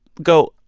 go,